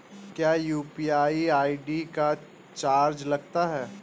क्या UPI ID का charge लगता है?